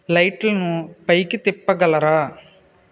లైట్లను పైకి తిప్పగలరా